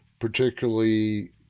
particularly